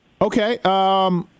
okay